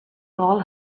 call